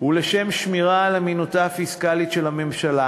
ולשם שמירה על אמינותה הפיסקלית של הממשלה,